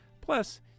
Plus